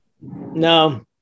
no